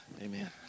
Amen